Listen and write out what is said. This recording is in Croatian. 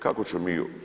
Kako ćemo mi?